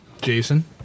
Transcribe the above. Jason